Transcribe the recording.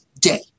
day